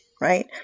right